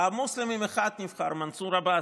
במוסלמים אחד נבחר, מנסור עבאס,